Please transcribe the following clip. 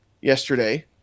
Yesterday